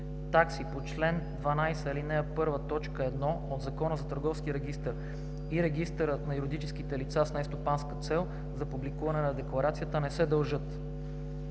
такси по чл. 12, ал. 1, т. 1 от Закона за търговския регистър и регистъра на юридическите лица с нестопанска цел за публикуване на декларацията не се дължат.“